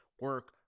Work